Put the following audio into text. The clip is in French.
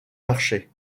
marchais